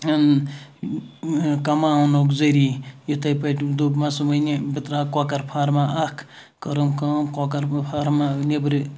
کَماونُک ذٔریعہِ یِتھے پٲٹھۍ دوٚپمَس وِنہِ بہٕ تراو کۄکَر فارما اکھ کٔرٕم کٲم کۄکَر فارما نیٚبرٕ